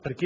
tratta